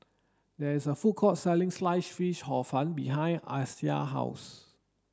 there is a food court selling sliced fish hor fun behind Allyssa house